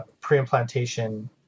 pre-implantation